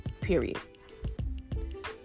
period